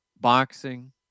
boxing